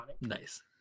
Nice